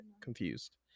confused